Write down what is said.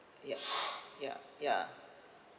ya ya ya